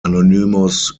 anonymous